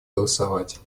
голосовать